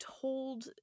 told